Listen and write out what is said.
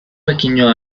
pequeño